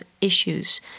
issues